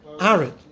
Aaron